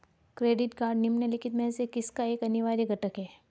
Credit card निम्नलिखित में से किसका एक अनिवार्य घटक है?